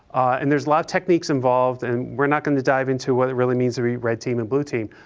and there's a lot of techniques involved, and we're not going to dive into what it really means to be red team and blue team.